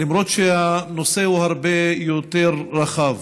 למרות שהנושא הוא הרבה יותר רחב,